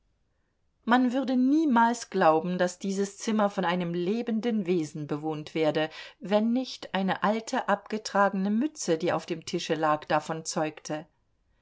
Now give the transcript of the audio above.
man würde niemals glauben daß dieses zimmer von einem lebenden wesen bewohnt werde wenn nicht eine alte abgetragene mütze die auf dem tische lag davon zeugte